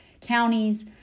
counties